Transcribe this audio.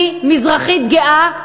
אני מזרחית גאה,